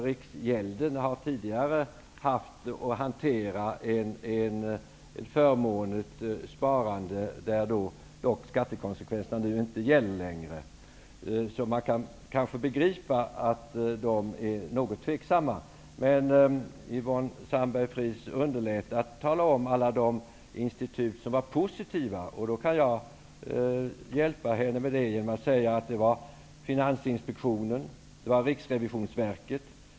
Riksgäldskontoret har tidigare haft att hantera ett förmånligt sparande där skattekonsekvenserna inte längre gäller. Då kan man kanske begripa att de är något tveksamma. Men Yvonne Sandberg-Fries underlät att nämna alla de institut som var positiva. Jag kan hjälpa henne.